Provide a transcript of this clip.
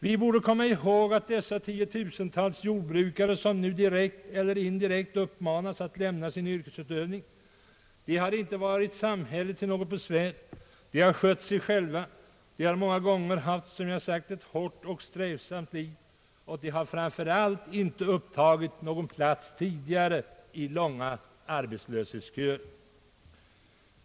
Vi borde komma ihåg ati dessa tiotusentals jordbrukare som nu direkt eller indirekt uppmanas att lämna sin yrkesutövning inte har varit till något besvär för samhället. De har skött sig själva, de har många gånger haft ett hårt och strävsamt liv, och de har framför allt inte upptagit någon plats tidigare i långa arbetslöshetsköer.